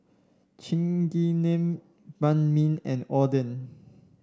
Chigenabe Banh Mi and Oden